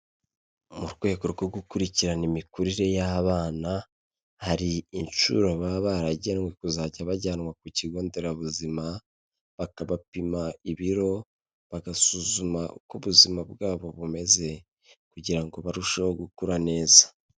Mu rwego rwo gukurikirana imikurire y'abana hari inshuro baba baragenwe kuzajya bajyanwa ku kigo nderabuzima bakabapima ibiro, bagasuzuma uko ubuzima bwabo bumeze kugira ngo barusheho gukura neza.